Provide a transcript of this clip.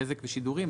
בזק ושידורים,